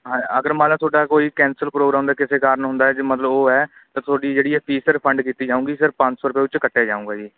ਹਾਂ ਅਗਰ ਮੰਨ ਲਾਂ ਤੁਹਾਡਾ ਕੋਈ ਕੈਂਸਲ ਪ੍ਰੋਗਰਾਮ ਹੁੰਦਾ ਕਿਸੇ ਕਾਰਨ ਹੁੰਦਾ ਜੇ ਮਤਲਬ ਉਹ ਹੈ ਤਾਂ ਤੁਹਾਡੀ ਜਿਹੜੀ ਹੈ ਫੀਸ ਰਿਫੰਡ ਕੀਤੀ ਜਾਊਗੀ ਸਿਰਫ਼ ਪੰਜ ਸੌ ਰੁਪਇਆ ਉਹਦੇ 'ਚੋਂ ਕੱਟਿਆ ਜਾਊਗਾ ਜੀ